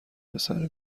پسر